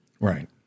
Right